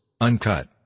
Uncut